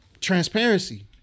Transparency